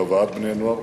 של הבאת בני-נוער,